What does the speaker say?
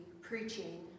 preaching